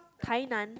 Tainan